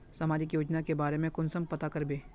सामाजिक योजना के बारे में कुंसम पता करबे?